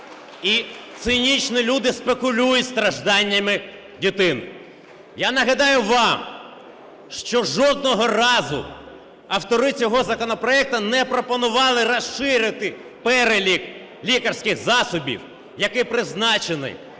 і цинічні люди спекулюють стражданнями дитини. Я нагадаю вам, що жодного разу автори цього законопроекту не пропонували розширити перелік лікарських засобів, які призначені